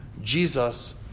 jesus